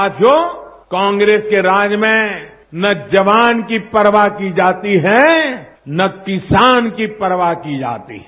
साथियो कांग्रेस के राज में न जबान की परवाह की जाती है न किसान की परवाह की जाती है